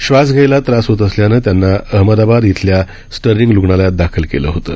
श्वास घ्यायला त्रास होत असल्यानं त्यांना अहमदाबाद इथल्या स्टर्लींग रुग्णालयात दाखल करण्यात आलं होतं